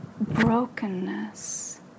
brokenness